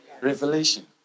Revelation